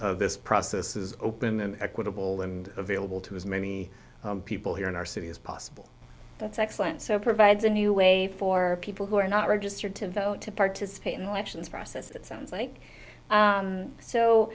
this process is open and equitable and available to as many people here in our city as possible that's excellent so provides a new way for people who are not registered to vote to participate in the elections process it sounds like